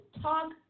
talk